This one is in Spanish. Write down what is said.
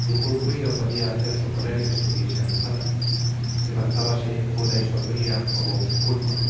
ningun ruido podia hacer suponer que estuviese habitada levantábase muda y sombria como un sepulcro